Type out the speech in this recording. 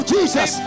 Jesus